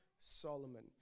Solomon